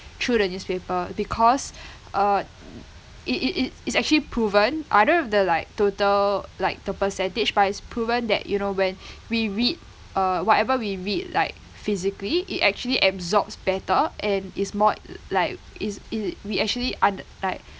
through the newspaper because uh it it it it's actually proven I don't have the like total like the percentage but it's proven that you know when we read uh whatever we read like physically it actually absorbs better and is more i~ like is it we actually un~ like